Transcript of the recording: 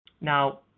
Now